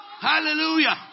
hallelujah